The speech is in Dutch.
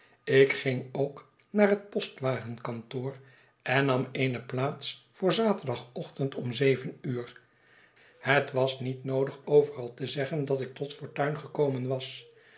ik ging ook naar het postwagenkantoor en nam eeneplaats voor zaterdagochtend om zeven uur het was niet noodig overal te zeggen dat ik tot fortuin gekomen was